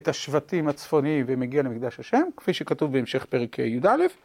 תשבטים הצפוניים ומגיע למקדש ה', כפי שכתוב בהמשך פרק ה יא